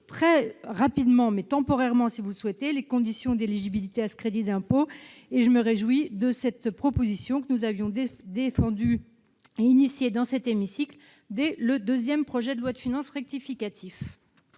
très rapidement, mais temporairement, si vous le souhaitez, les conditions d'éligibilité à ce crédit d'impôt. Je me réjouis donc de cette proposition, initiée et défendue dans cet hémicycle dès le deuxième projet de loi de finances rectificative.